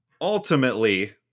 ultimately